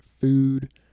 food